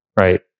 right